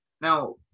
now